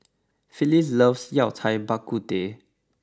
Phyllis loves Yao Cai Bak Kut Teh